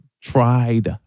tried